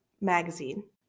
magazine